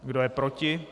Kdo je proti?